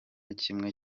kimwe